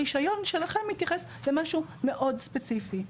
הרישיון שלכם מתייחס למשהו מאוד ספציפי.